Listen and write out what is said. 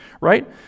Right